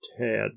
Tad